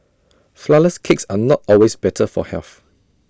Flourless Cakes are not always better for health